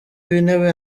w’intebe